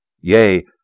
yea